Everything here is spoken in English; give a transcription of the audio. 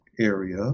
area